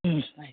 ಹ್ಞೂ ಆಯಿತು